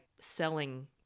selling